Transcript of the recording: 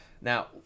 Now